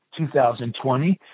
2020